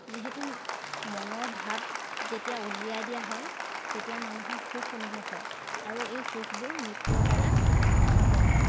যিহেতু মনৰ ভাৱ যেতিয়া উলিয়াই দিয়া হয় তেতিয়া মানুহৰ সুখ অনুভৱ হয় আৰু এই সুখবোৰ নৃত্যৰ দ্বাৰা সম্ভব হয়